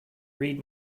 read